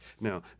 Now